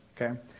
Okay